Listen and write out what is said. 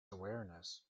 awareness